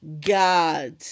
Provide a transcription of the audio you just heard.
God